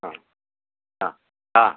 ಹಾಂ ಹಾಂ ಹಾಂ